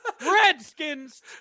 Redskins